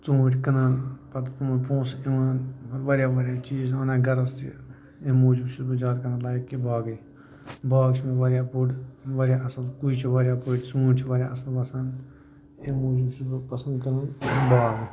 ژوٗنٛٹھۍ کٕنان پَتہٕ تِمَن پۅنٛسہٕ یِوان واریاہ واریاہ چیٖز اَنان گَرَس تہٕ اَمہِ موٗجوٗب چھُس بہٕ زیٛادٕ کران لایِک کہِ باغٕے باغ چھِ مےٚ واریاہ بوٚڈ واریاہ اَصٕل کُجہِ چھِ واریاہ بٔڈۍ ژوٗنٛٹھۍ چھِ واریاہ اَصٕل وَسان اَمہِ موٗجوٗب چھُس بہٕ پَسنٛد کران باغ